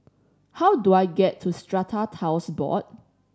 how do I get to Strata Titles Board